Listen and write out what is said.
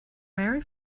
mary